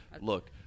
look